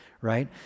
right